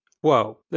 Whoa